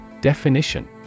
Definition